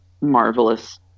marvelous